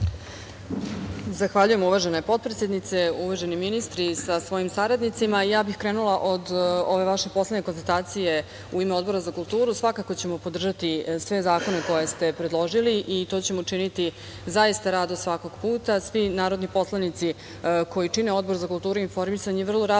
Zahvaljujem. Uvažena potpredsednice, uvaženi ministri sa svojim saradnicima, ja bih krenula od ove vaše poslednje konstatacije.U ime Odbora za kulturu, svakako ćemo podržati sve zakone koje ste predložili i to ćemo učiniti zaista rado svakog puta. Svi narodni poslanici koji čine Odbor za kulturu i informisanje vrlo rado